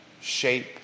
shape